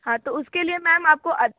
हाँ तो उसके लिए मैम आपको